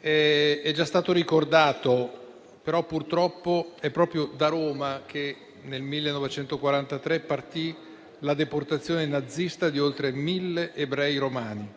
È già stato ricordato: purtroppo, però, è proprio da Roma che nel 1943 partì la deportazione nazista di oltre 1.000 ebrei romani,